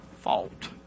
fault